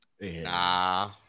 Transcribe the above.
Nah